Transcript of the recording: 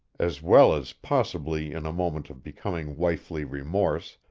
as well as possibly in a moment of becoming wifely remorse,